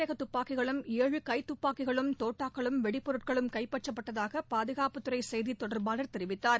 ரக துப்பாக்கிகளும் ஏழு கைத்துப்பாக்கிகளும் தோட்டாக்களும் வெடிப்பொருட்களும் கைப்பற்றப்பட்டதாக பாதுகாப்புத்துறை செய்தித் தொடர்பாளர் தெரிவித்தார்